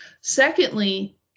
Secondly